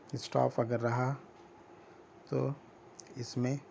staff اگر رہا تو اس میں